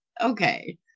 okay